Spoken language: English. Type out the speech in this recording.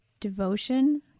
devotion